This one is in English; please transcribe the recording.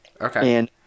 Okay